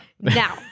Now